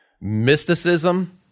mysticism